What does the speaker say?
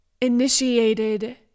initiated